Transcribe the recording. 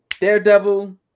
Daredevil